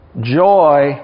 joy